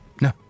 No